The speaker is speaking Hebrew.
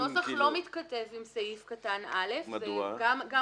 הנוסח לא מתכתב עם סעיף קטן (א) גם היום,